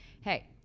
hey